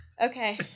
okay